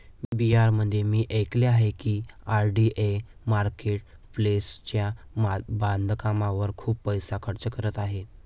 बिहारमध्ये मी ऐकले आहे की आय.डी.ए मार्केट प्लेसच्या बांधकामावर खूप पैसा खर्च करत आहे